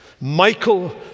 Michael